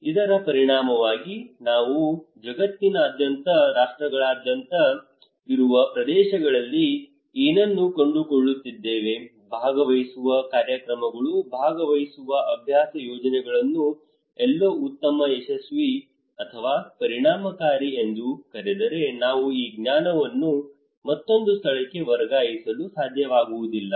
ಇದರ ಪರಿಣಾಮವಾಗಿ ನಾವು ಜಗತ್ತಿನಾದ್ಯಂತ ರಾಷ್ಟ್ರಗಳಾದ್ಯಂತ ಇರುವ ಪ್ರದೇಶಗಳಲ್ಲಿ ಏನನ್ನು ಕಂಡುಕೊಳ್ಳುತ್ತಿದ್ದೇವೆ ಭಾಗವಹಿಸುವ ಕಾರ್ಯಕ್ರಮಗಳು ಭಾಗವಹಿಸುವ ಅಭ್ಯಾಸ ಯೋಜನೆಗಳನ್ನು ಎಲ್ಲೋ ಉತ್ತಮ ಯಶಸ್ವಿ ಅಥವಾ ಪರಿಣಾಮಕಾರಿ ಎಂದು ಕರೆದರೆ ನಾವು ಈ ಜ್ಞಾನವನ್ನು ಮತ್ತೊಂದು ಸ್ಥಳಕ್ಕೆ ವರ್ಗಾಯಿಸಲು ಸಾಧ್ಯವಾಗುವುದಿಲ್ಲ